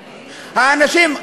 האנשים,